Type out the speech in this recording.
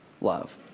love